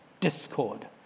discord